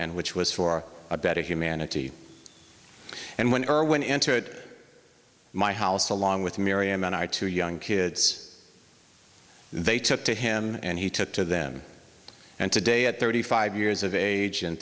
and which was for a better humanity and when irwin entered my house along with miriam and our two young kids they took to him and he took to them and today at thirty five years of age and